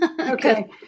Okay